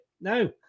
No